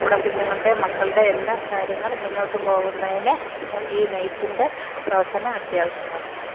നമ്മുടെ കുഞ്ഞുങ്ങളുടെയും മക്കളുടെയും എല്ലാ കാര്യങ്ങളും മുന്നോട്ട് പോകുന്നതിന് ഈ നെയ്ത്തിന്റെ പ്രവര്ത്തനം അത്യാവശ്യമാണ്